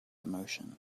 emotion